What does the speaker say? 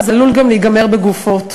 זה עלול גם להיגמר בגופות.